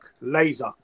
laser